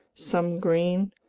some green,